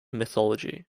mythology